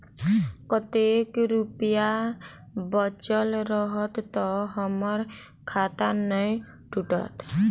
कतेक रुपया बचल रहत तऽ हम्मर खाता नै टूटत?